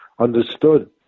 understood